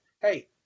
hey